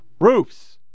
roofs